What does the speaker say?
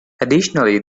additionally